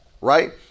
right